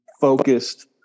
focused